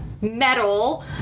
metal